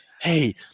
hey